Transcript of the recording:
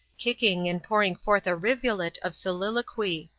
kicking and pouring forth a rivulet of soliloquy.